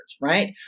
right